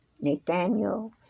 Nathaniel